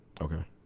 Okay